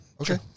okay